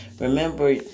remember